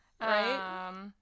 Right